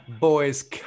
Boys